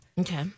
Okay